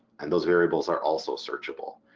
and those variables are also searchable.